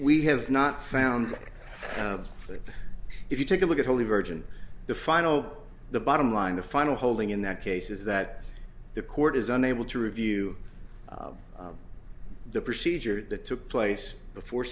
we have not found that if you take a look at holy virgin the final the bottom line the final holding in that case is that the court is unable to review the procedure that took place before